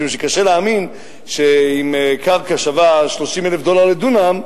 קשה להאמין שאם קרקע שווה 30,000 דולר לדונם,